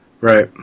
Right